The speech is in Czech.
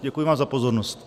Děkuji vám za pozornost.